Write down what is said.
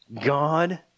God